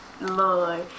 Lord